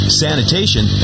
sanitation